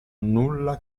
nulla